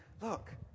look